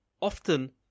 often